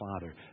Father